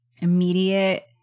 immediate